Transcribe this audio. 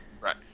Right